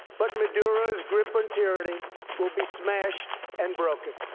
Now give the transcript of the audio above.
but maduro's grip on tyranny will be smashed and broken.